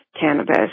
cannabis